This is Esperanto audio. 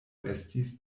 estis